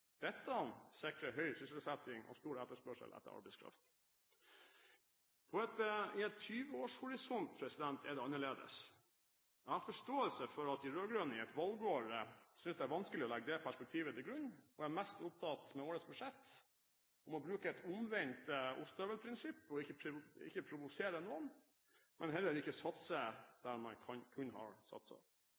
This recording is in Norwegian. Dette sikrer høy sysselsetting og stor etterspørsel etter arbeidskraft. I et 20-årsperspektiv er det annerledes. Jeg har forståelse for at de rød-grønne i et valgår synes det er vanskelig å legge det perspektivet til grunn, er mest opptatt med vårt budsjett, og må bruke et omvendt ostehøvelprinsipp og ikke provosere noen, men heller ikke satse der man kunne ha